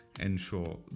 ensure